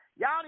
Y'all